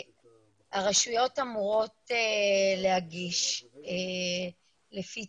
שיעברו גם הכשרה לקראת העלייה.